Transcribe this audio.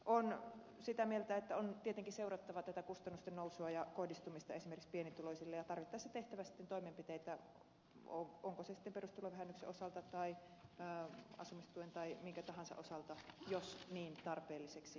olen sitä mieltä että on tietenkin seurattava tätä kustannusten nousua ja kohdistumista esimerkiksi pienituloisille ja tarvittaessa tehtävä sitten toimenpiteitä onko se sitten perustulovähennyksen osalta tai asumistuen tai minkä tahansa osalta jos niin tarpeelliseksi nähdään